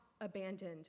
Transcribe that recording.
abandoned